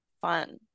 fun